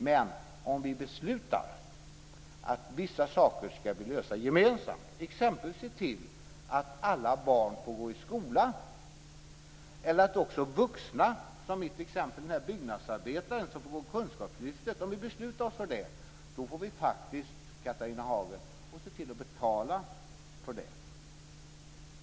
Men om vi beslutar att vi ska lösa vissa saker gemensamt, exempelvis se till att alla barn får gå i skolan och även vuxna, som mitt exempel med byggnadsarbetaren som går Kunskapslyftet, får vi faktiskt, Catharina Hagen, se till att betala för det.